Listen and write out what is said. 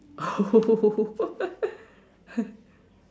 oh